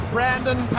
Brandon